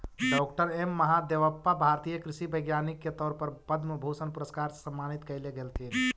डॉ M Mahadevappa भारतीय कृषि वैज्ञानिक के तौर पर पद्म भूषण पुरस्कार से सम्मानित कएल गेलथीन